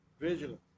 vigilant